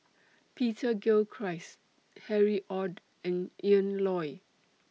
Peter Gilchrist Harry ORD and Ian Loy